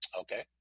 Okay